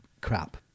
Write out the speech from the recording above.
crap